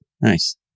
nice